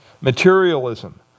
materialism